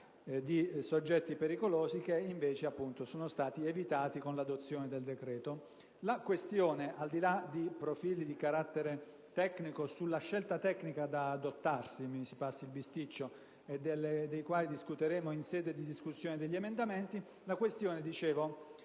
di soggetti pericolosi. Tali problemi, invece, sono stati appunto evitati con l'adozione del decreto. Al di là dei profili di carattere tecnico sulla scelta tecnica da adottarsi (mi si passi il bisticcio), e dei quali discuteremo in sede di discussione degli emendamenti, la questione